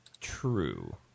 True